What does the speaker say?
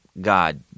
God